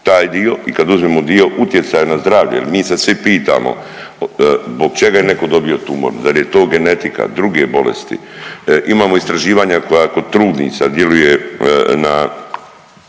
taj dio i kada uzmemo dio utjecaja na zdravlje jer mi se svi pitamo zbog čega je neko dobio tumor, dal je to genetika, druge bolesti imamo istraživanja koja kod trudnica djeluje na